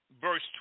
verse